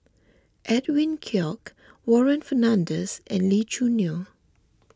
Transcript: Edwin Koek Warren Fernandez and Lee Choo Neo